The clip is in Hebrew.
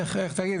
אוקיי.